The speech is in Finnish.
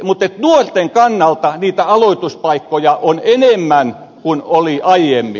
mutta nuorten kannalta aloituspaikkoja on enemmän kuin oli aiemmin